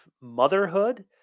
motherhood